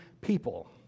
people